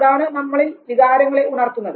അതാണ് നമ്മിൽ വികാരങ്ങളെ ഉണർത്തുന്നത്